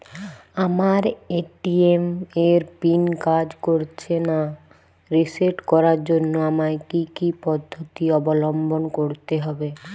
আমার এ.টি.এম এর পিন কাজ করছে না রিসেট করার জন্য আমায় কী কী পদ্ধতি অবলম্বন করতে হবে?